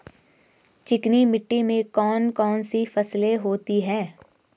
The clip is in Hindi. चिकनी मिट्टी में कौन कौन सी फसलें होती हैं?